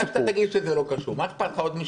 מה אכפת לך עוד משפט.